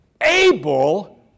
able